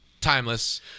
timeless